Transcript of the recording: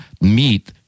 meet